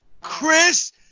Chris